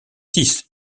six